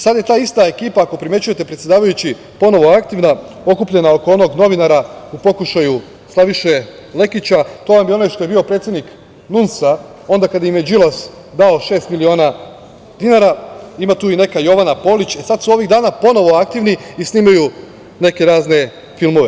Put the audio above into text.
Sad je ta ista ekipa, ako primećujete, predsedavajući, ponovo aktivna, okupljena oko onog novinara u pokušaju Slaviše Lekića, to vam je onaj što je bio predsednik NUNS-a onda kada im je Đilas dao šest miliona dinara, ima tu i neka Jovana Polić, e sad su ovih dana ponovo aktivni i snimaju neke razne filmove.